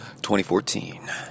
2014